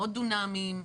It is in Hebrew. מאות דונמים?